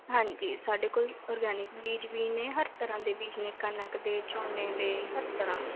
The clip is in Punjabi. ਹਾਂਜੀ ਸਾਡੇ ਕੋਲ ਔਰਗੈਨਿਕ ਬੀਜ ਵੀ ਨੇ ਹਰ ਤਰ੍ਹਾਂ ਦੇ ਬੀਜ ਨੇ ਕਣਕ ਦੇ ਝੋਨੇ ਦੇ ਹਰ ਤਰ੍ਹਾਂ ਦੇ